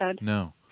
no